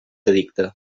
edicte